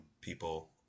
people